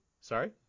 sorry